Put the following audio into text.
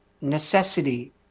necessity